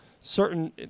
certain